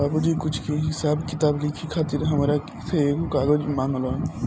बाबुजी कुछ के हिसाब किताब लिखे खातिर हामरा से एगो कागज मंगलन